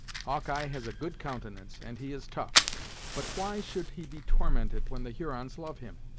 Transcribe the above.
hawkeye has a good countenance, and he is tough but why should he be tormented, when the hurons love him?